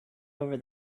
over